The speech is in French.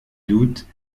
doutes